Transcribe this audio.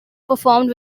performed